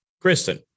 Kristen